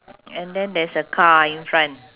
and then there's a car in front